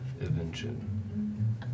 invention